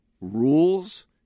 rules